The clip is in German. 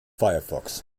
firefox